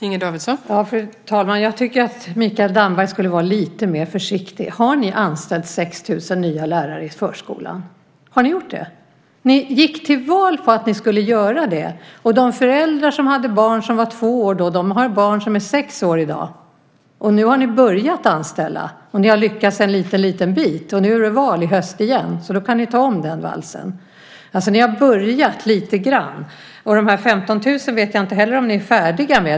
Fru talman! Jag tycker att Mikael Damberg borde vara lite mer försiktig. Har ni anställt 6 000 nya lärare i förskolan? Har ni gjort det? Ni gick till val på att ni skulle göra det, och de föräldrar som då hade barn som var två år har i dag barn som är sex år. Nu har ni börjat anställa, och ni har lyckats komma en liten bit på väg. I höst är det val igen, och då kan ni ju ta om den valsen. Ni har börjat anställa lite grann. Jag vet inte om ni är färdiga med de 15 000 lärarna heller.